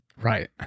Right